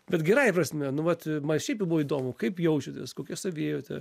bet gerąja prasme nu vat man šiaip jau buvo įdomu kaip jaučiatės kokia savijauta